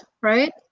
right